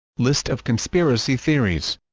list of conspiracy theories